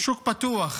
שוק פתוח,